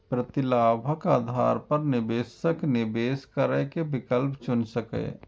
प्रतिलाभक आधार पर निवेशक निवेश करै के विकल्प चुनि सकैए